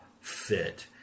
fit